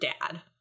dad